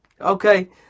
Okay